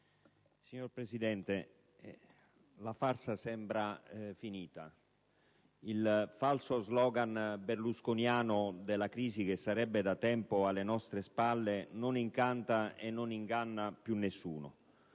Signor Presidente, la farsa sembra finita. Il falso *slogan* berlusconiano secondo cui la crisi sarebbe da tempo alle nostre spalle non incanta e non inganna più nessuno.